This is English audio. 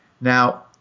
now